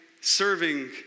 serving